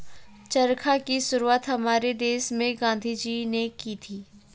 चरखा की शुरुआत हमारे देश में गांधी जी ने की थी